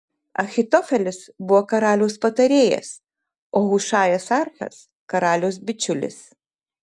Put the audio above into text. ahitofelis buvo karaliaus patarėjas o hušajas archas karaliaus bičiulis